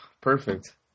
perfect